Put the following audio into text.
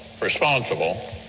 responsible